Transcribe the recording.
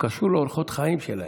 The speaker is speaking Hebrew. שקשורים לאורחות החיים שלהם,